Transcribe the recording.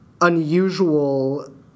unusual